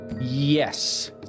yes